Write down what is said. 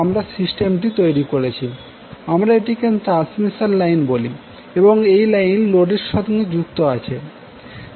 আমরা এটিকে transmission line বলি এবং এই লাইন লোডের সঙ্গে যুক্ত থাকে